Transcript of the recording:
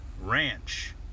ranch